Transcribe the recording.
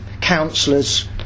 councillors